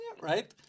Right